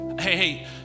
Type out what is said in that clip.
Hey